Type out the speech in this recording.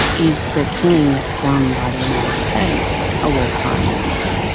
is the killing that's done by the united states a war crime or not.